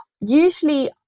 usually